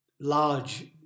large